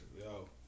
yo